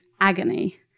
agony